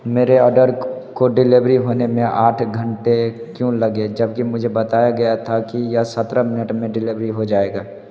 मेरे ऑर्डर को डिलेवरी होने में आठ घंटे क्यों लगे जबकि मुझे बताया गया था कि यह सतरह मिनट में डिलेवरी हो जाएगा